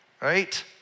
right